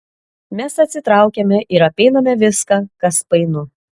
mes atsitraukiame ir apeiname viską kas painu